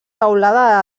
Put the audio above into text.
teulada